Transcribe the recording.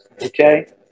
okay